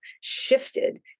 shifted